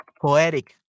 poetic